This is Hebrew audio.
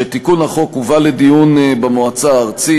שתיקון החוק הובא לדיון במועצה הארצית